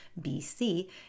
BC